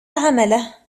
عمله